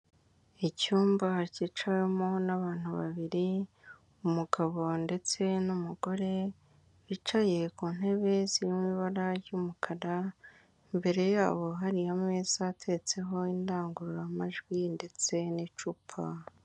Icyumba cyicawemo n'abantu babiri umugabo ndetse n'umugore, bicaye ku ntebe zirimo ibara ry'umukara imbere yabo hari ameza ateretseho indangururamajwi ndetse n'icupa.